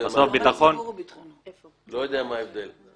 מה ההבדל.